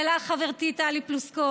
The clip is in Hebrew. ולחברתי טלי פלוסקוב,